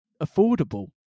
affordable